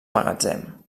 magatzem